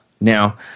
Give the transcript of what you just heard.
Now